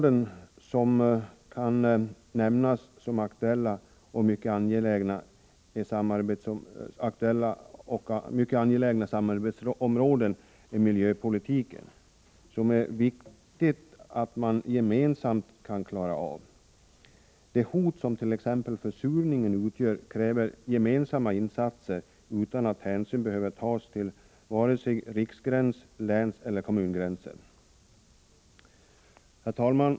Ett annat aktuellt och mycket angeläget samarbetsområde är miljöpolitiken, som det är viktigt att man gemensamt kan klara av. Det hot som t.ex. försurningen utgör kräver gemensamma insatser utan hänsyn till vare sig riks-, länseller kommungränser. Herr talman!